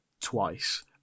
twice